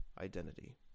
identity